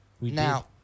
Now